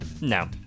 No